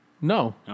No